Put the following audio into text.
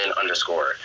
underscore